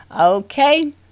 okay